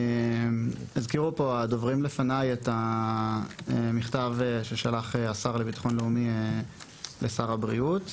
הזכירו פה הדוברים לפניי את המכתב ששלח השר לביטחון לאומי לשר הבריאות.